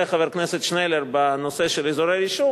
חבר הכנסת שנלר בנושא של אזורי הרישום,